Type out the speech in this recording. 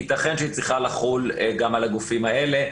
יתכן והיא צריכה לחול גם על הגופים האלה.